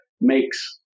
makes